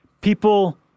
People